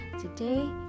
today